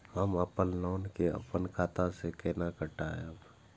हम अपन लोन के अपन खाता से केना कटायब?